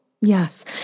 Yes